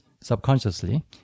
subconsciously